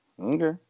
Okay